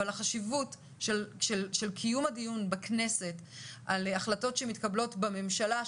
אבל קיום הדיון בכנסת על החלטות שמתקבלות בממשלה,